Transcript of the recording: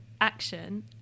action